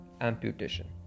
Amputation